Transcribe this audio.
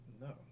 No